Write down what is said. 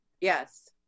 Yes